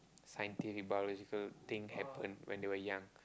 scientific biological thing happen when they were young